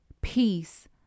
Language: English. peace